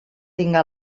tinga